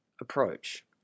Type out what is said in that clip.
approach